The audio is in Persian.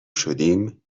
شدیم